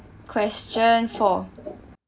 question four